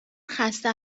خسته